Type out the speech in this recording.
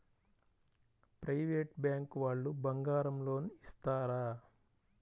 Private bank వాళ్ళు బంగారం loan ఇస్తారా?